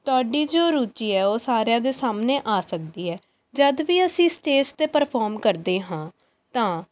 ਤੁਹਾਡੀ ਜੋ ਰੁਚੀ ਹੈ ਉਹ ਸਾਰਿਆਂ ਦੇ ਸਾਹਮਣੇ ਆ ਸਕਦੀ ਹੈ ਜਦੋਂ ਵੀ ਅਸੀਂ ਸਟੇਜ 'ਤੇ ਪਰਫੋਰਮ ਕਰਦੇ ਹਾਂ ਤਾਂ